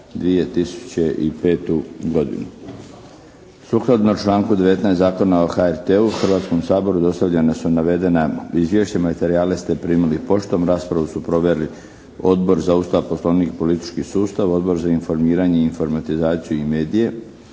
2005. godinu Sukladno članku 19. Zakona o HRT-u Hrvatskom saboru dostavljene su navedena Izvješća. Materijale ste primili poštom. Raspravu su proveli Odbor za Ustav, Poslovnik i politički sustav, Odbor za informiranje i informatizaciju i medije,